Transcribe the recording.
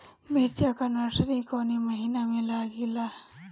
मिरचा का नर्सरी कौने महीना में लागिला?